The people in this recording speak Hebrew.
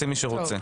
למי שרוצה.